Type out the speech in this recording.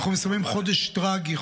אנחנו מסיימים חודש טרגי.